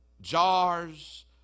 Jars